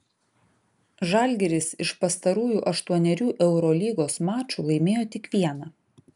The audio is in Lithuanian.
žalgiris iš pastarųjų aštuonerių eurolygos mačų laimėjo tik vieną